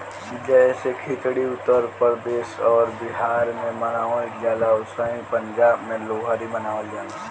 जैसे खिचड़ी उत्तर प्रदेश अउर बिहार मे मनावल जाला ओसही पंजाब मे लोहरी मनावल जाला